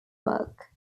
work